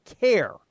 care